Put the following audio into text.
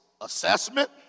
assessment